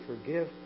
forgive